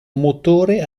motore